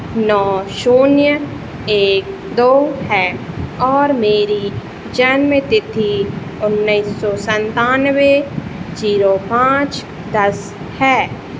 नौ शून्य एक दो है और मेरी जन्मतिथि उन्नीस सौ संतानवे जीरो पाँच दस है